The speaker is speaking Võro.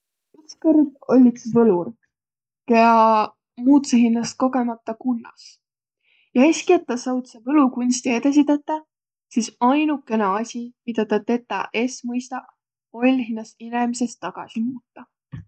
Ütskõrd oll' üts võlur, kiä muutsõ hinnäst kogõmaldaq kunnas. Ja eski, et tä suutsõ võlukunsti edesi tetäq, sis ainukõnõ asi, midä tä tetäq es mõistaq, oll' hinnäst inemises tagasi muutaq.